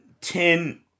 ten